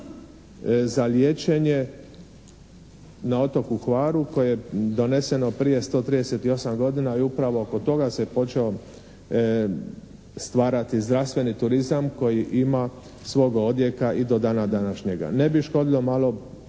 za lječnje na otoku Hvaru koje je doneseno prije 138 godina i upravo oko toga se počeo stvarati zdravstveni turizma koji ima svoga odjeka i do dana današnjega. Ne bi škodilo malo